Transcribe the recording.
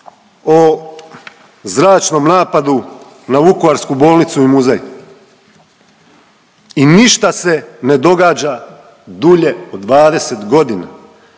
o zračnom napadu na vukovarsku bolnicu i muzej i ništa se ne događa dulje od 20 godina.